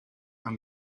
and